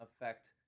affect